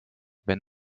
wenn